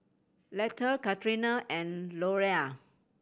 Letha Katrina and Louella